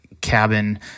cabin